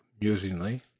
musingly